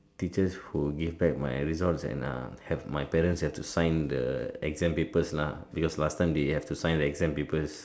teachers who give back my results and uh have my parents have to sign the exam papers because last time they have to sign exam papers